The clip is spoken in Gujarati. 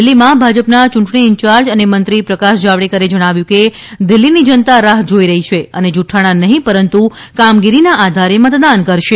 દિલ્ફીમાં ભાજપના ચૂંટણી ઇન્ચાર્જ અને મંત્રી પ્રકાશ જાવડેકરે જણાવ્યું કે દિલ્ફીની જનતા રાહ્ જોઇ રહી છે અને જુકાણા નહીં પરંતુ કામગીરીના આધારે મતદાન કરશે